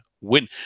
win